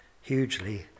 hugely